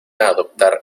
adoptar